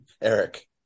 Eric